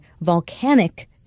volcanic